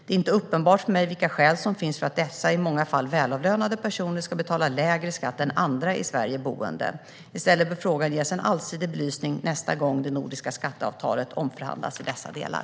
Det är inte uppenbart för mig vilka skäl som finns för att dessa, i många fall välavlönade, personer ska betala lägre skatt än andra i Sverige boende. I stället bör frågan ges en allsidig belysning nästa gång det nordiska skatteavtalet omförhandlas i dessa delar.